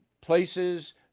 places